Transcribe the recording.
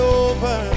over